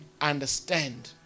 understand